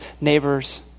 neighbors